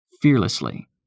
fearlessly